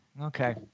Okay